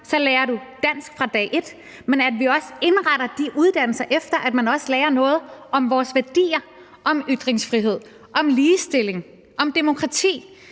lærer dansk fra dag et, men at vi også indretter de uddannelser efter, at man også lærer noget om vores værdier, om ytringsfrihed, om ligestilling, om demokrati.